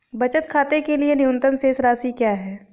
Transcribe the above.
बचत खाते के लिए न्यूनतम शेष राशि क्या है?